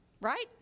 Right